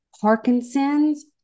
Parkinson's